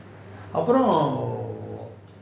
அப்புறம்:appuram